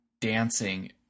dancing